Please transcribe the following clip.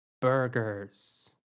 Burgers